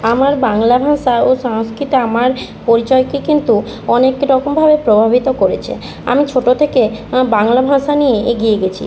আমার বাংলা ভাষা ও সংস্কৃতি আমার পরিচয়কে কিন্তু অনেক রকমভাবে প্রভাবিত করেছে আমি ছোটো থেকে বাংলা ভাষা নিয়ে এগিয়ে গিয়েছি